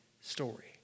story